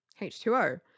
H2O